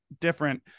different